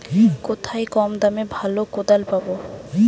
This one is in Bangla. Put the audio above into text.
কোথায় কম দামে ভালো কোদাল পাব?